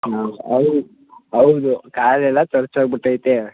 ಹಾಂ ಹೌದು ಹೌದು ಕಾಲೆಲ್ಲ ತರ್ಚಿ ಹೋಗ್ಬಿಟ್ಟೈತೆ